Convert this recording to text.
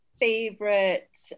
favorite